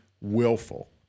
willful